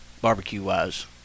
barbecue-wise